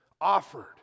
offered